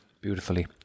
beautifully